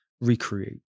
recreate